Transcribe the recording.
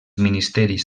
ministeris